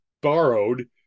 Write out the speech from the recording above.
borrowed